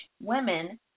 women